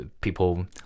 people